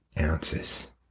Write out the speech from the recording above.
ounces